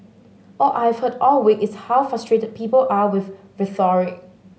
all I've heard all week is how frustrated people are with rhetoric